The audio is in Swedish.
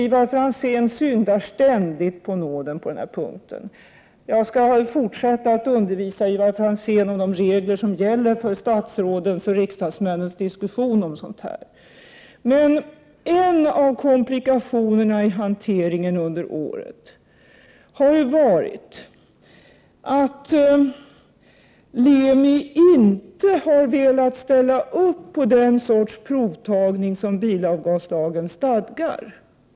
Ivar Franzén syndar ständigt på nåden på den punkten. Jag skall fortsätta att undervisa Ivar Franzén om de regler som gäller för statsrådens och riksdagsmännens diskussion om sådana här saker. En av komplikationerna i hanteringen under året har varit att Lemi inte har velat ställa upp på den sorts provtagning som bilavgaslagen stadgar.